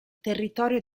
territorio